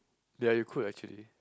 ya you could actually